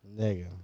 Nigga